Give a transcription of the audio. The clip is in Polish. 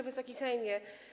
Wysoki Sejmie!